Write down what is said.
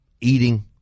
eating